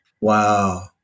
Wow